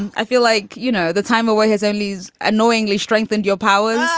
and i feel like, you know, the time away has early's annoyingly strengthened your powers.